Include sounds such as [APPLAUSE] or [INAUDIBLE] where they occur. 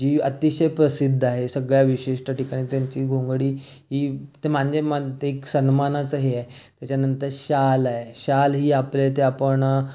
जी अतिशय प्रसिद्ध आहे सगळ्या विशिष्ठ ठिकाणी त्यांची घोंगडी ही [UNINTELLIGIBLE] ते एक सन्मानाचं हे आहे त्याच्यानंतर शाल आहे शाल ही आपल्या इथे आपण